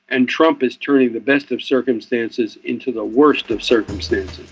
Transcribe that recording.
and trump is turning the best of circumstances into the worst of circumstances.